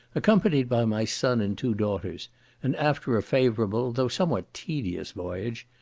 accompanied by my son and two daughters and after a favourable, though somewhat tedious voyage,